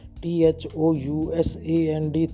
thousand